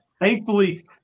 Thankfully